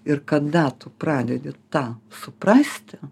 ir kada tu pradedi tą suprasti